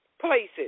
places